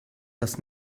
das